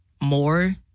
more